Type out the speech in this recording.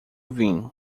vim